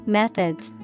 methods